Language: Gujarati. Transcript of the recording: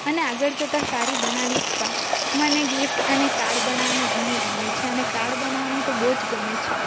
અને આગળ જતાં સારી બનાવીશ પણ મને ગિફ્ટ અને કાર્ડ બનાવવાનું ઘણું ગમે છે અને કાર્ડ બનાવવાનું તો બહુ જ ગમે છે